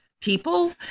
people